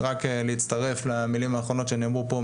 רק להצטרף למילים האחרונות שנאמרו פה,